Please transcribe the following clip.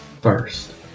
first